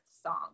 song